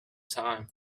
time